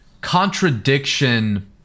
contradiction